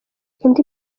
indi